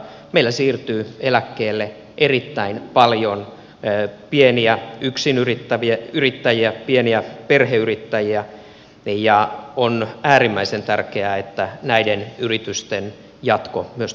meillä siirtyy eläkkeelle erittäin paljon pieniä yksinyrittäjiä pieniä perheyrittäjiä ja on äärimmäisen tärkeää että näiden yritysten jatko myös tulevaisuudessa turvataan